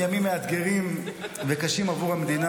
יושב-ראש ועדת החוקה,